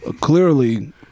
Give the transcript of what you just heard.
Clearly